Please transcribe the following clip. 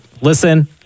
listen